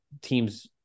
teams